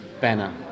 banner